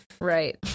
Right